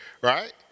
right